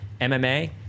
MMA